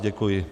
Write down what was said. Děkuji.